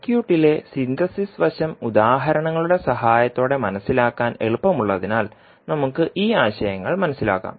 സർക്യൂട്ടിലെ സിന്തസിസ് വശം ഉദാഹരണങ്ങളുടെ സഹായത്തോടെ മനസിലാക്കാൻ എളുപ്പമുള്ളതിനാൽ നമുക്ക് ഈ ആശയങ്ങൾ മനസ്സിലാക്കാം